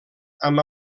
amb